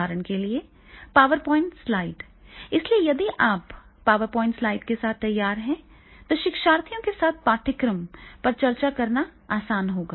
उदाहरण के लिए पावर प्वाइंट स्लाइड इसलिए यदि आप पावर प्वाइंट स्लाइड के साथ तैयार हैं तो शिक्षार्थियों के साथ पाठ्यक्रम पाठ्यक्रम पर चर्चा करना आसान होगा